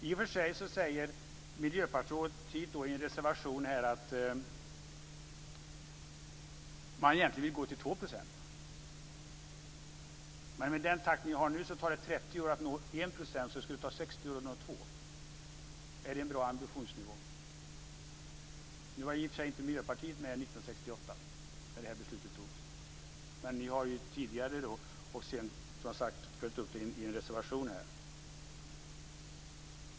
I och för sig säger Miljöpartiet i ett särskilt yttrande att man egentligen vill gå till 2 %. Med den takt man har nu tar det 30 år att nå 1 %, och det skulle ta 60 år att nå 2 %. Är det en bra ambitionsnivå? Miljöpartiet var i och för sig inte med 1968 när detta beslut togs, men man har sedan följt upp det i en reservation.